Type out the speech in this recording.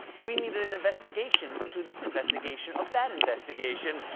we need an investigation into this investigation of that investigation!